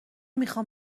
میخوام